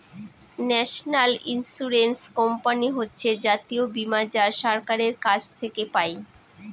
national insurance company হচ্ছে জাতীয় বীমা যা সরকারের কাছ থেকে পাই